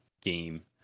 game